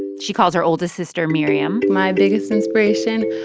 she calls her oldest sister, miriam. my biggest inspiration,